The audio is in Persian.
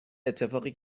اتفاقی